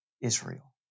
Israel